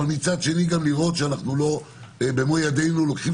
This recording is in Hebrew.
אבל מצד שני גם לראות שאנחנו לא במו ידינו לוקחים